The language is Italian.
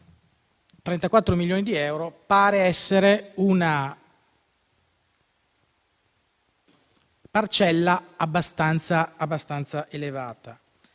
34 milioni di euro sembrano essere una parcella abbastanza elevata.